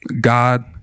God